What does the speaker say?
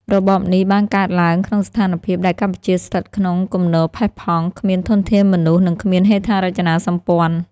របបនេះបានកើតឡើងក្នុងស្ថានភាពដែលកម្ពុជាស្ថិតក្នុងគំនរផេះផង់ គ្មានធនធានមនុស្ស និងគ្មានហេដ្ឋារចនាសម្ព័ន្ធ។